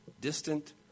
distant